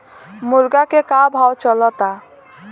मुर्गा के का भाव चलता?